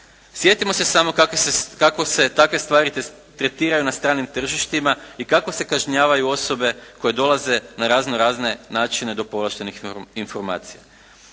Sjetimo se samo kako se takve stvari tretiraju na stranim tržištima i kako se kažnjavaju osobe koje dolaze na razno-razne načine do povlaštenih informacija.